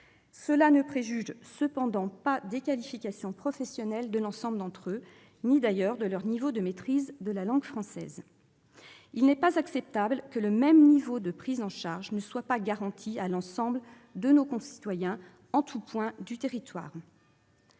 cela ne préjuge pas les qualifications professionnelles de l'ensemble d'entre eux ni d'ailleurs de leur niveau de maîtrise de la langue française. Il n'est pas acceptable que le même niveau de prise en charge ne soit pas garanti à l'ensemble de nos concitoyens en tout point du territoire.